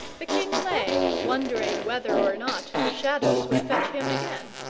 the king lay wondering whether or not the shadows would fetch him again.